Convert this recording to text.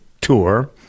tour